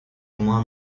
cuma